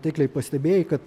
taikliai pastebėjai kad